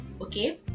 okay